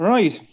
Right